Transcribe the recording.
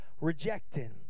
Rejected